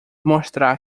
mostrar